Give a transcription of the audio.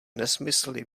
nesmysly